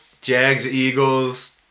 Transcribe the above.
Jags-Eagles